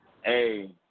Hey